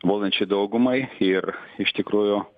valdančiai daugumai ir iš tikrųjų